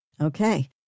Okay